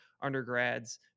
undergrads